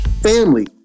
Family